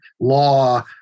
law